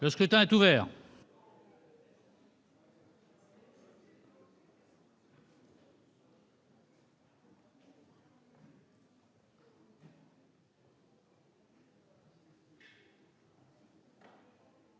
Le scrutin est ouvert.